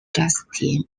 justin